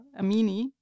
Amini